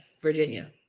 Virginia